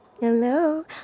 Hello